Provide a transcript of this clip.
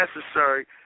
necessary